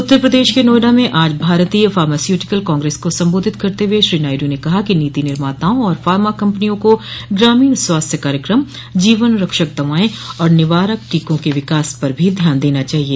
उत्तर प्रदेश के नोएडा में आज भारतीय फॉर्मास्यूटिकल कांग्रेस को संबोधित करते हुए श्री नायडू ने कहा कि नीति निर्माताओं और फॉर्मा कंपनियों को ग्रामीण स्वास्थ्य कार्यक्रम जीवनरक्षक दवाएं और निवारक टीकों के विकास पर भी ध्यान देना चाहिए